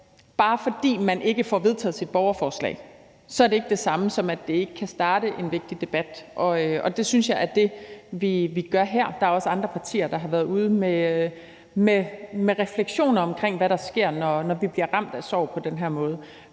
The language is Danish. bare fordi man ikke får vedtaget sit borgerforslag, er det ikke det samme som, at det ikke kan starte en vigtig debat, og det synes jeg er det, vi gør her. Der er også andre partier, der har været ude med refleksioner omkring, hvad der sker, når vi bliver ramt af sorg på den her måde.